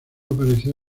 apareció